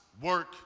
work